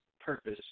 purpose